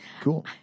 cool